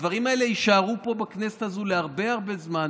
הדברים האלה יישארו פה בכנסת הזאת להרבה הרבה זמן.